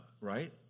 right